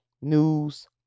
News